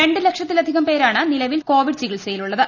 രണ്ട് ലക്ഷത്തിലധികം പേരാണ് നിലവിൽ കോവിഡ് ചികിൽസയിലുള്ളത്